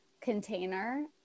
container